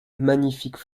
magnifique